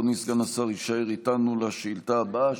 אדוני סגן השר יישאר איתנו לשאילתה הבאה,